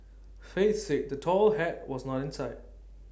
faith said the tall hat was not in sight